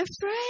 afraid